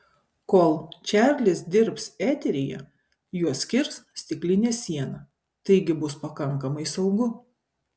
kol čarlis dirbs eteryje juos skirs stiklinė siena taigi bus pakankamai saugu